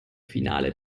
finale